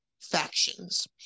factions